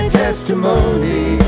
testimony